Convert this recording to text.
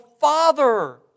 Father